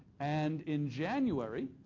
and in january